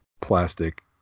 plastic